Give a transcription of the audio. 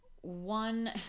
one